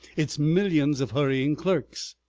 its millions of hurrying clerks?